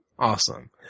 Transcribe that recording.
Awesome